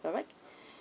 alright